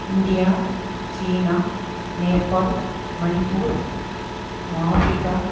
India சீனா Nepal Manipur Africa